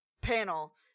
panel